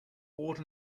bought